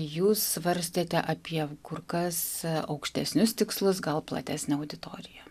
jūs svarstėte apie kur kas aukštesnius tikslus gal platesnę auditorija